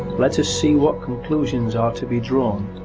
let us see what conclusions are to be drawn,